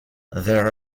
there